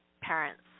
parents